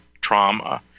trauma